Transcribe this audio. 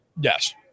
Yes